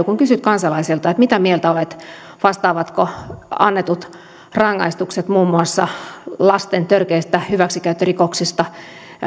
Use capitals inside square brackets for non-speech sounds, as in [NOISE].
[UNINTELLIGIBLE] kun kysyt kansalaiselta mitä mieltä olet että vastaavatko annetut rangaistukset muun muassa lasten törkeistä hyväksikäyttörikoksista